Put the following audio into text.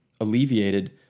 alleviated